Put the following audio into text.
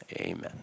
Amen